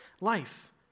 life